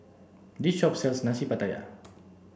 this shop sells Nasi Pattaya